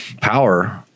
power